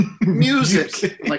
Music